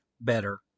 better